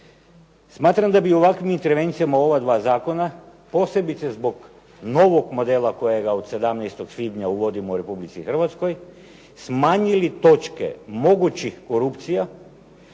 Smatram da bi ovakvim intervencijama ova 2 zakona posebice zbog novog modela kojega od 17. svibnja uvodimo u Republici Hrvatskoj smanjili točke mogućih korupcija